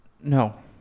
no